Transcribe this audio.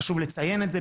חשוב לציין את זה.